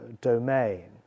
domain